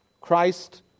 Christ